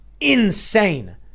insane